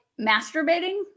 masturbating